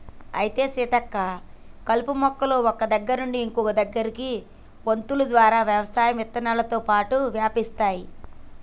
అయితే సీతక్క కలుపు మొక్కలు ఒక్క దగ్గర నుండి ఇంకో దగ్గరకి వొంతులు ద్వారా వ్యవసాయం విత్తనాలతోటి వ్యాపిస్తాయి